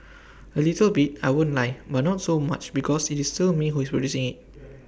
A little bit I won't lie but not so much because IT is still me who is producing IT